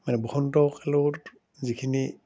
মানে বসন্তকালত যিখিনি